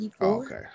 Okay